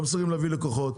לא מסוגלות להביא לקוחות,